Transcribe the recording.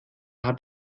hat